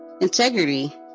integrity